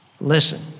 Listen